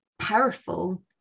powerful